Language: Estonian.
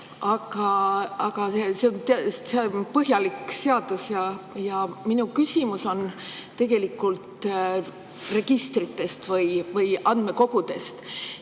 aga see on põhjalik seadus. Minu küsimus on tegelikult registrite või andmekogude